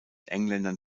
engländern